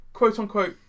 quote-unquote